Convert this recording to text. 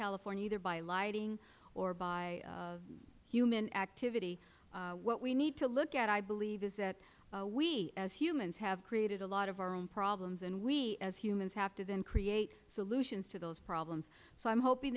california either by lightning or by human activity what we need to look at i believe is that we as humans have created a lot of our own problems and we as humans have to then create solutions to those problems so i am hoping